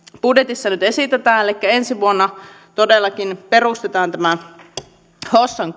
budjetissa nyt esitetään ensi vuonna todellakin perustetaan hossan